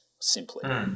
simply